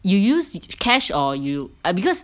you use cash or you I because